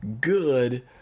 good